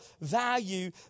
value